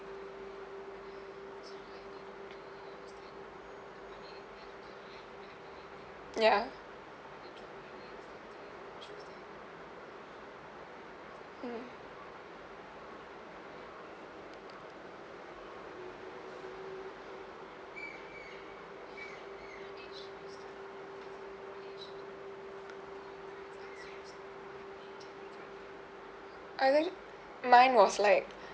ya hmm I think mine was like